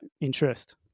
interest